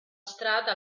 strada